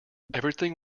everything